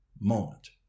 moment